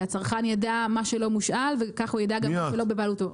שהצרכן יידע שמה שלא מושאל וכך הוא יידע שזה גם לא בבעלותו.